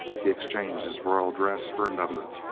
he exchanged his royal dress for another,